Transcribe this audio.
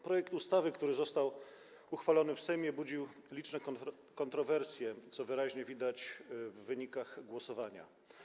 Projekt ustawy, która została uchwalona w Sejmie, budził liczne kontrowersje, co wyraźnie widać w wynikach głosowania.